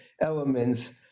elements